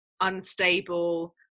unstable